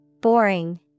Boring